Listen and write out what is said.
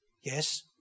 Yes